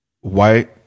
white